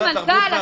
אדוני המנכ"ל,